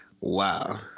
Wow